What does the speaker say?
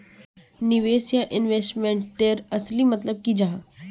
निवेश या इन्वेस्टमेंट तेर असली मतलब की जाहा?